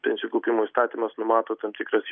pensijų kaupimo įstatymas numato tam tikras